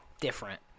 different